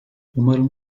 umarım